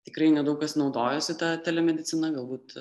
tikrai nedaug kas naudojosi ta telemedicina galbūt